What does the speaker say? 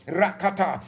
rakata